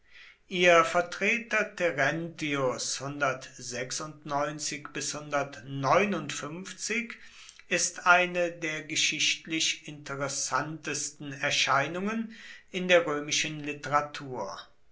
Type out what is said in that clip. ihr vertreter terentius ist eine der geschichtlich interessantesten erscheinungen in der römischen literatur